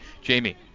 Jamie